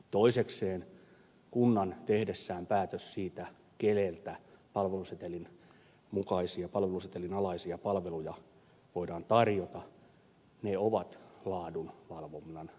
toisekseen kunta tekee päätöksen siitä kuka palvelusetelin alaisia palveluja voi tarjota ne ovat laadunvalvonnan kriteeristön piirissä